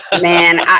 Man